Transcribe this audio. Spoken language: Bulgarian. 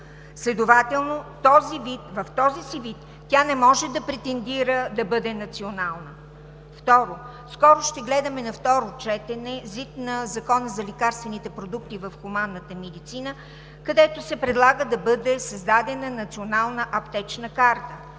Следователно в този си вид тя не може да претендира да бъде национална. Второ, скоро ще гледаме на второ четене ЗИД на Закона за лекарствените продукти в хуманната медицина, където се предлага да бъде създадена Национална аптечна карта.